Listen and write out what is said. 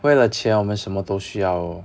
为了钱我们什么都需要